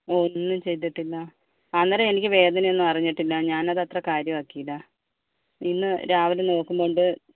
ഒന്നും ചെയ്തിട്ടില്ല അന്നേരം എനിക്ക് വേദന ഒന്നും അറിഞ്ഞിട്ടില്ല ഞാൻ അത് അത്ര കാര്യവാക്കിയില്ല ഇന്ന് രാവിലെ നോക്കുമ്പോണ്ട്